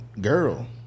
girl